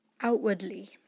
outwardly